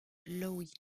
lowe